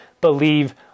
believe